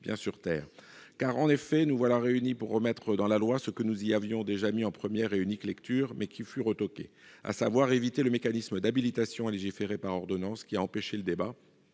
pieds sur terre. En effet, nous voilà réunis pour remettre dans la loi ce que nous y avions déjà inscrit en première et unique lecture, mais qui fut retoqué. Il s'agit d'éviter le mécanisme d'habilitation à légiférer par ordonnances, qui a empêché le débat,